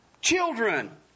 children